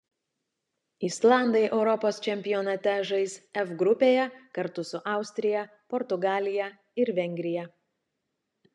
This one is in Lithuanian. islandai europos čempionate žais f grupėje kartu su austrija portugalija ir vengrija